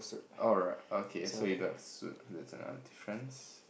alright okay so you don't have suit that's our difference